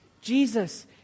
Jesus